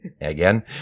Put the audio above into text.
Again